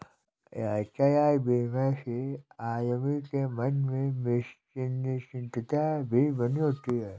यातायात बीमा से आदमी के मन में निश्चिंतता भी बनी होती है